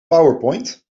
powerpoint